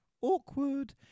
Awkward